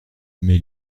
mais